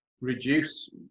reduce